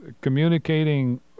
communicating